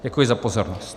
Děkuji za pozornost.